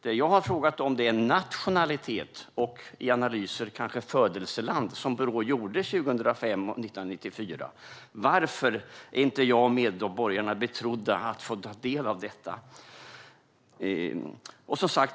Det jag har frågat om är nationalitet och i analyser kanske födelseland, som Brå redovisade 1994 och 2005. Varför är inte jag och medborgarna betrodda att få ta del av detta?